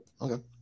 Okay